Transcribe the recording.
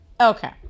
okay